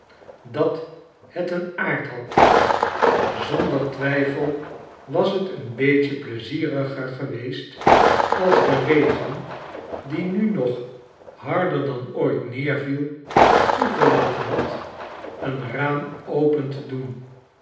dat het een aard had zonder twijfel was het een beetje pleizieriger geweest als de regen die nu nog harder dan ooit neerviel toegelaten had een raam open te doen